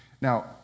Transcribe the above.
Now